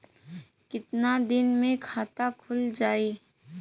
कितना दिन मे खाता खुल जाई?